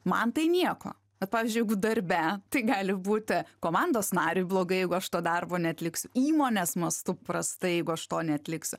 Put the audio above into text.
man tai nieko bet pavyzdžiui jeigu darbe tai gali būti komandos nariui blogai jeigu aš to darbo neatliksiu įmonės mastu prastai jeigu aš to neatliksiu